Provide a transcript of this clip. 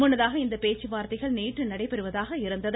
முன்னதாக இந்த பேச்சுவார்த்தைகள் நேற்று நடைபெறுவதாக இருந்தது